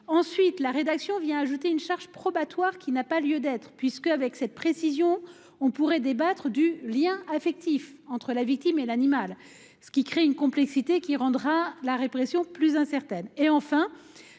est rédigé vient ajouter une charge probatoire qui n’a pas lieu d’être puisque, avec une telle précision, on pourrait débattre du lien affectif entre la victime et l’animal, ce qui serait source de complexité et rendrait la répression plus incertaine.